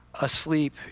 asleep